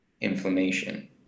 inflammation